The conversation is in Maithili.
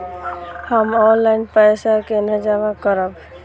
हम ऑनलाइन पैसा केना जमा करब?